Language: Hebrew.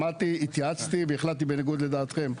שמעתי, התייעצתי והחלטתי בניגוד לדעתכם.